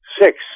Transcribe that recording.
six